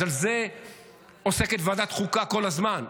אז בזה עוסקת ועדת החוקה כל הזמן.